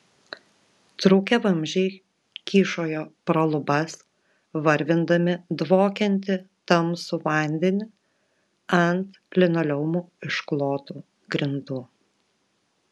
trūkę vamzdžiai kyšojo pro lubas varvindami dvokiantį tamsų vandenį ant linoleumu išklotų grindų